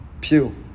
Pew